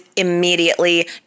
immediately